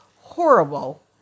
horrible